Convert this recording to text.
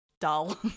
dull